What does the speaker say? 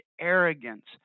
arrogance